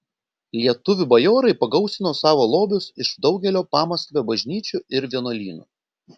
lietuvių bajorai pagausino savo lobius iš daugelio pamaskvio bažnyčių ir vienuolynų